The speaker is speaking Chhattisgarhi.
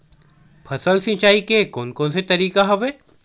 फसल सिंचाई के कोन कोन से तरीका हवय?